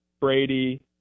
Brady